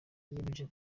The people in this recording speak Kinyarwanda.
yiyemeje